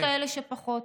ויש כאלה שפחות.